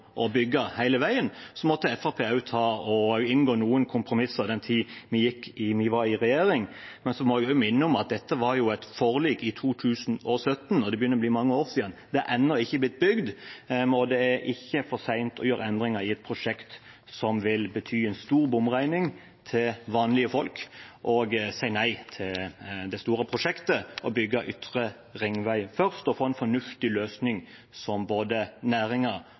bygge hele veien, måtte Fremskrittspartiet også inngå noen kompromisser i den tiden vi var i regjering. Jeg må også minne om at dette var et forlik i 2017, og det begynner å bli mange år siden. Det er ennå ikke blitt bygd, og det er ikke for sent å gjøre endringer i et prosjekt som vil bety en stor bomregning til vanlige folk – si nei til det store prosjektet og bygge Ytre ringvei først og få en fornuftig løsning som både